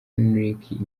enrique